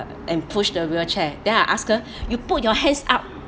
and push the wheelchair then I ask her you put your hands up